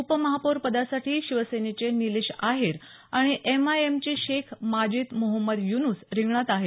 उपमहापौर पदासाठी शिवसेनेचे निलेश आहेर आणि एमआयएमचे शेख मजिद मोहम्मद युनूस रिंगणात आहेत